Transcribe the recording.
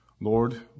Lord